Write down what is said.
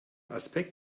aspekt